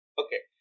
okay